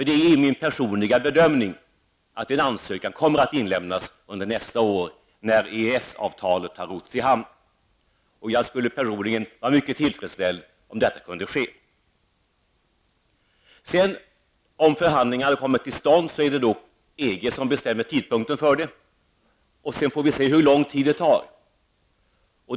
Det är min bedömning att en ansökan kommer att inlämnas under nästa år, när EES-avtalet har rotts iland, och jag skulle personligen vara mycket tillfredsställd om detta kunde ske. Om förhandlingar kommer till stånd, är det EG som bestämmer tidpunkten, och sedan får vi se hur lång tid det tar.